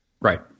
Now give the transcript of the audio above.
Right